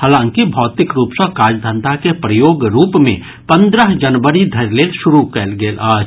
हालांकि भौतिक रूप सँ काज धंधा के प्रयोग रूप मे पंद्रह जनवरी धरि लेल शुरू कयल गेल अछि